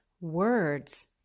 words